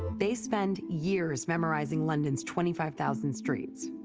they spend years memorizing london's twenty five thousand streets.